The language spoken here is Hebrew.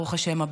ברוך השם.